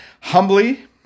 Humbly